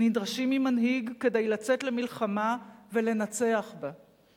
נדרשים ממנהיג כדי לצאת למלחמה ולנצח בה.